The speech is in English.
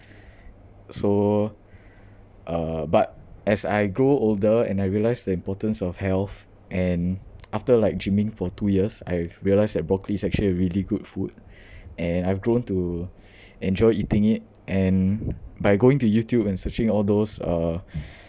so uh but as I grow older and I realize the importance of health and after like training for two years I've realised that broccoli is actually a really good food and I've grown to enjoy eating it and by going to youtube and searching all those uh